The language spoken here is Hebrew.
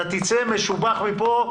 אתה תצא משובח מפה,